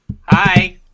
Hi